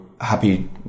happy